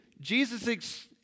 Jesus